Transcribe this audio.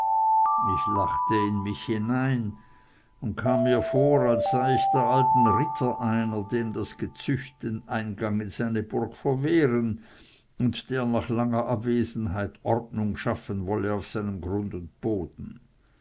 ich lachte in mich hinein und kam mir vor als sei ich der alten ritter einer dem das gezücht den eingang in seine burg verwehren und der nach langer abwesenheit ordnung schaffen wolle auf seinem grund und boden